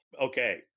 okay